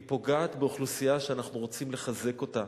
היא פוגעת באוכלוסייה שאנחנו רוצים לחזק אותה.